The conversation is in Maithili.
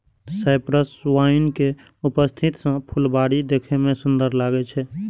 साइप्रस वाइन के उपस्थिति सं फुलबाड़ी देखै मे सुंदर लागै छै